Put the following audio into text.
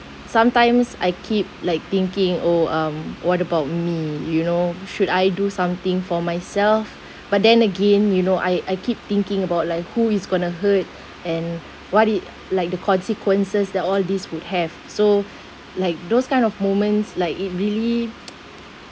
sometimes I keep like thinking oh um what about me you know should I do something for myself but then again you know I I keep thinking about like who is going to hurt and what it like the consequences that all these would have so like those kind of moments like it really